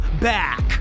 back